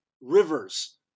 rivers